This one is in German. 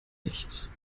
nichts